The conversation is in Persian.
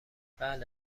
بله